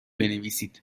بنویسید